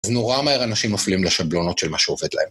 זה נורא מהר אנשים נופלים לשבלונות של מה שעובד להם.